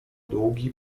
długi